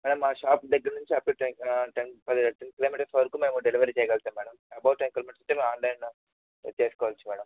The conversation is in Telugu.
మేడం మా షాప్ దగ్గర నుంచి అబొవ్ టెన్ కిలోమీటర్స్ వరకు మేము డెలివరీ చేయగలుగుతాం మేడం అబొవ్ టెన్ కిలోమీటర్స్ అయితే ఆన్లైన్ చేసుకోవచ్చు మేడం